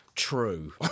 True